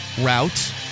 route